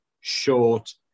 short